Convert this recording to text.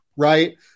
Right